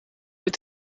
weer